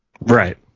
Right